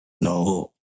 No